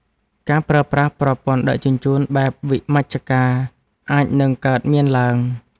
ការប្រើប្រាស់ប្រព័ន្ធដឹកជញ្ជូនបែបវិមជ្ឈការ អាចនឹងកើតមានឡើង។